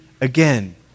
again